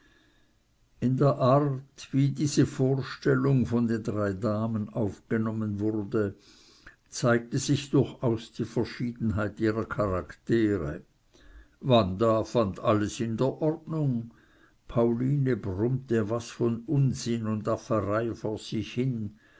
in der art wie diese vorstellung von den drei damen aufgenommen wurde zeigte sich durchaus die verschiedenheit ihrer charaktere wanda fand alles in der ordnung pauline brummte was von unsinn und afferei vor sich hin